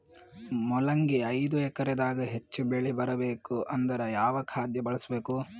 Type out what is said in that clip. ಮೊಲಂಗಿ ಐದು ಎಕರೆ ದಾಗ ಹೆಚ್ಚ ಬೆಳಿ ಬರಬೇಕು ಅಂದರ ಯಾವ ಖಾದ್ಯ ಬಳಸಬೇಕು?